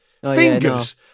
Fingers